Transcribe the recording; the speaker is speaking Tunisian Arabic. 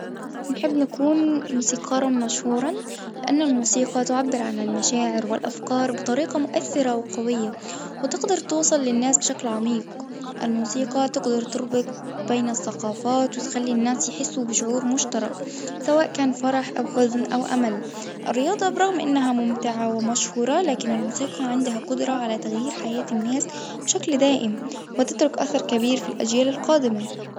نحب نكون موسيقارًا مشهورًا، لإن الموسيقى تعبر عن المشاعر والأفكار بطريقة مؤثرة وقوية، وتقدر توصل للناس بشكل عميق الموسيقى تقدر تربط بين الثقافات وتخلي الناس يحسوا بشعور مشترك سواء كان فرح أو حزن أو أمل الرياضة برغم أنها ممتعة ومشهورة لكن الموسيقى عندها قدرة على تغيير حياة الناس بشكل دائم وتترك أثر كبير في الأجيال القادمة.